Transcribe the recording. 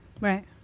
Right